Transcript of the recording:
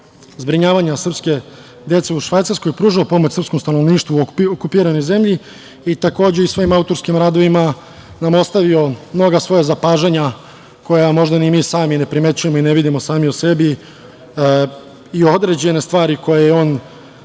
zbrinjavanja srpske dece u Švajcarskoj, pružao pomoć srpskom stanovništvu u okupiranoj zemlji i takođe i svojim autorskim radovima nam ostavio mnoga svoja zapažanja koja možda ni mi sami ne primenjujemo i ne vidimo sami o sebi i određene stvari koje je on